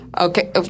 Okay